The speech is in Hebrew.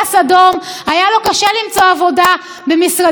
היה לו קשה למצוא עבודה במשרדים ממשלתיים.